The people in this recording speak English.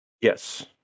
Yes